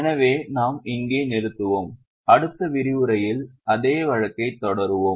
எனவே நாம் இங்கே நிறுத்துவோம் அடுத்த விரிவுரையில் அதே வழக்கைத் தொடருவோம்